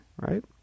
right